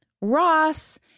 Ross